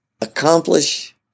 accomplish